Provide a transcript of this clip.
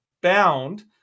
bound